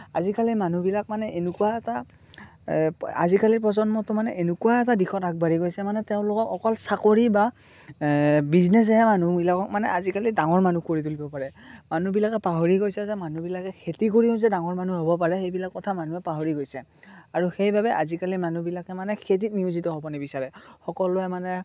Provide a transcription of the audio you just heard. আজিকালি মানুহবিলাক মানে এনেকুৱা এটা আজিকালি প্ৰজন্মটো মানে এনেকুৱা এটা দিশত আগবাঢ়ি গৈছে মানে তেওঁলোকক অকল চাকৰি বা বিজনেচহে মানুহবিলাকক মানে আজিকালি ডাঙৰ মানুহ কৰি তুলিব পাৰে মানুহবিলাকে পাহৰি গৈছে যে মানুহবিলাকে যে খেতি কৰিও যে ডাঙৰ মানুহ হ'ব পাৰে সেইবিলাক কথা মানুহে পাহৰি গৈছে আৰু সেইবাবে আজিকালি মানুহবিলাকে মানে খেতিত নিয়োজিত হ'ব নিবিচাৰে সকলোৱে মানে